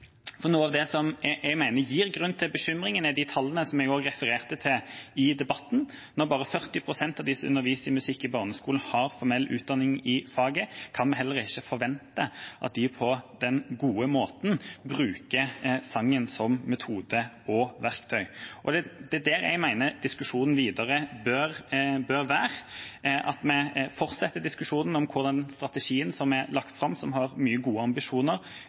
Noe av det som jeg mener gir grunn til bekymring, er tallene, som jeg også refererte til tidligere i debatten. Når bare 40 pst. av dem som underviser i musikk i barneskolen, har formell utdanning i faget, kan vi heller ikke forvente at de på den gode måten bruker sangen som metode og verktøy. Det er der jeg mener diskusjonen videre bør være, at vi fortsetter diskusjonen om hvordan strategien som er lagt fram, som har mange gode ambisjoner,